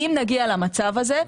אם נגיע למצב הזה,